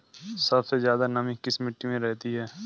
सबसे ज्यादा नमी किस मिट्टी में रहती है?